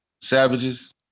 savages